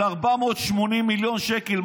של 480 מיליון שקל,